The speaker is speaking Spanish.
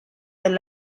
del